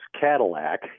Cadillac